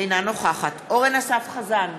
אינה נוכחת אורן אסף חזן,